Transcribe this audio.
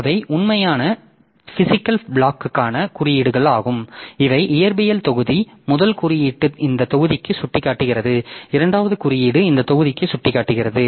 எனவே அவை உண்மையான பிசிகல் பிளாக்க்கான குறியீடுகளாகும் எனவே இவை இயற்பியல் தொகுதி முதல் குறியீட்டு இந்த தொகுதிக்கு சுட்டிக்காட்டுகிறது இரண்டாவது குறியீடு இந்த தொகுதிக்கு சுட்டிக்காட்டுகிறது